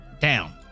down